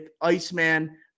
Iceman